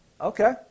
Okay